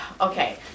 Okay